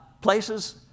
places